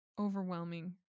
overwhelming